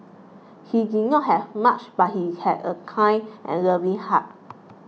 he did not have much but he had a kind and loving heart